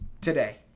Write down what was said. today